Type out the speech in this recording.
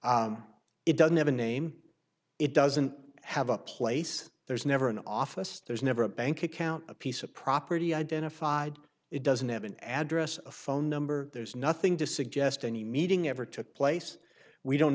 allegations it doesn't have a name it doesn't have a place there's never an office there's never a bank account a piece of property identified it doesn't have an address a phone number there's nothing to suggest any meeting ever took place we don't